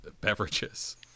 beverages